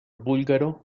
búlgaro